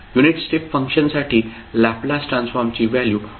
unit step function साठी Laplace ट्रान्सफॉर्मची value 1s दिली आहे